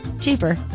cheaper